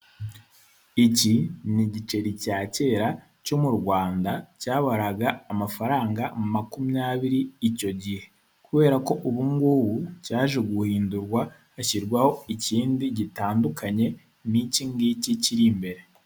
Iki ni igiceri cya kera cyo mu Rwanda, cyabaraga amafaranga makumyabiri icyo gihe, kubera ko ubu ngubu cyaje guhindurwa, hashyirwaho ikindi gitandukanye nK'iki ngiKi kiri imbere.